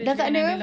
dah takde